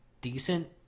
decent